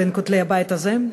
בין כותלי הבית הזה,